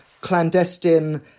clandestine